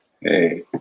hey